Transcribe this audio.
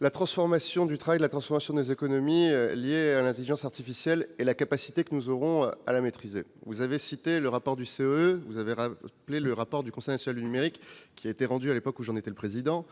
la transformation du travail, les économies liées à l'intelligence artificielle et la capacité que nous aurons à la maîtriser. Vous avez cité le rapport du COE et évoqué celui du Conseil national du numérique, qui a été rendu à l'époque où j'en étais le président.